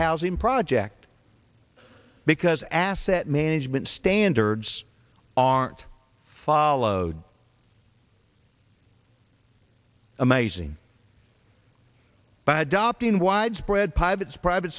housing project because asset management standards aren't followed amazing by adopting widespread pipettes private